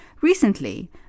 Recently